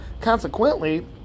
consequently